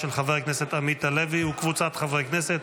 של חבר הכנסת עמית הלוי וקבוצת חברי הכנסת.